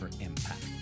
impact